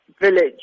village